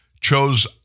chose